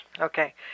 Okay